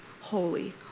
holy